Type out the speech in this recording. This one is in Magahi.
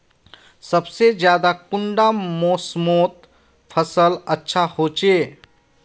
सबसे ज्यादा कुंडा मोसमोत फसल अच्छा होचे?